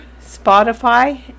Spotify